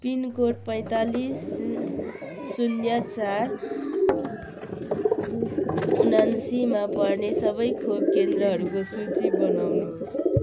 pin code पैँतासिल शून्य चार उनासीमा पर्ने सबै खोप केन्द्रहरूको सूची बनाउनुहोस्